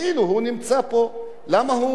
למה הוא צריך לחכות?